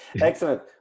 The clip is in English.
excellent